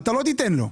אתה לא תיתן לו.